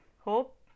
Hope